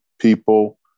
people